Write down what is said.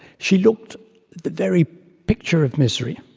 she looked the very picture of misery.